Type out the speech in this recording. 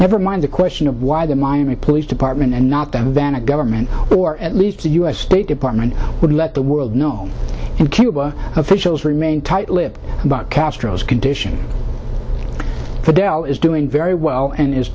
never mind the question of why the miami police department and not that van a government or at least the u s state department would let the world know and cuba officials remain tight lipped about castro's condition for dell is doing very well and is